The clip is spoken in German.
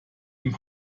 dem